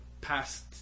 past